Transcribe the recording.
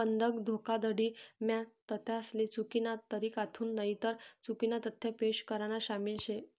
बंधक धोखाधडी म्हा तथ्यासले चुकीना तरीकाथून नईतर चुकीना तथ्य पेश करान शामिल शे